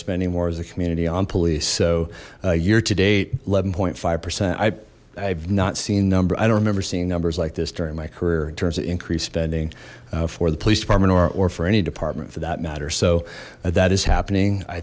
spending more as the community on police so year today eleven five percent i i've not seen number i don't remember seeing numbers like this during my career in terms of increased spending for the police department or for any department for that matter so that is happening i